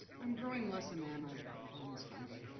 i'm growing less enamored of performance funding.